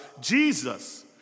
Jesus